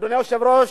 אדוני היושב-ראש,